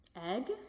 egg